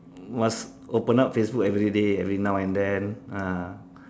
must open up Facebook everyday every now and then